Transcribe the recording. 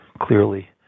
clearly